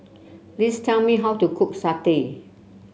please tell me how to cook satay